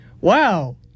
Wow